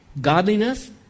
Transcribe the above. godliness